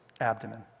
abdomen